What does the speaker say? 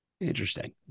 Interesting